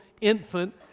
infant